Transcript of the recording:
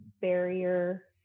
barrier